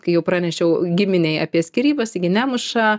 kai jau pranešiau giminei apie skyrybas jie gi nemuša